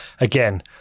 again